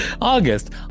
August